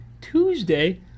Tuesday